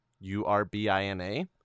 U-R-B-I-N-A